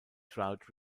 drought